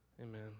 amen